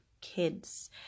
kids